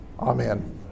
Amen